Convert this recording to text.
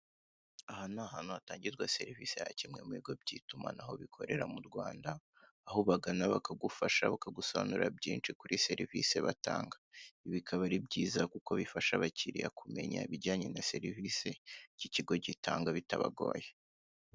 Aha ni ahantu hatangirwa serivisi ha kimwe mu bigo by'itumanaho bikorera mu Rwanda, aho ubagana bakagufasha bakagusobanura byinshi kuri serivisi batanga, ibi bikaba ari byiza kuko bifasha abakiriya kumenya ibijyanye na serivisi y'ikigo gitanga bitabagoye.